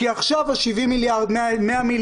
כי עשיו ה-100 מיליארד,